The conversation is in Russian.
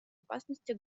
опасности